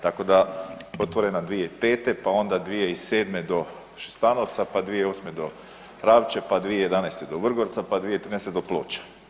Tako da otvorena 2005., pa onda 2007. do Šestanovca pa 2008. do Ravče, pa 2011. do Vrgorca, pa 2013. do Ploča.